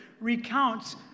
recounts